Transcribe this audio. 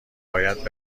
باید